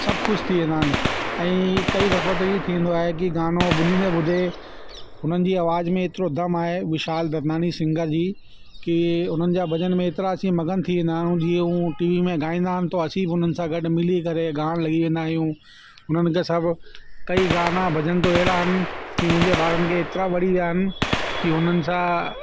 सभ ख़ुशि थी वेंदा आहिनि ऐं कई दफ़ो त इअं थींदो आहे की गाना ॿुधंदो ॿुधे हुननि जी आवाज़ में एतिरो दम आहे विशाल ददनानी सिंगर जी की उननि जा भॼन में एतिरा असीं मगन थी वेंदा आहियूं जीअं हू टी वी में ॻाईंदा आहिनि त असीं बि उन्हनि सां गॾु मिली करे ॻाइण लही वेंदा आहियूं हुनखे सभ कई गाना भॼन त अहिड़ा आहिनि की मुंहिंजे ॿारनि खे एतिरा वणी विया आहिनि की हुननि सां